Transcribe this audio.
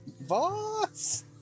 Boss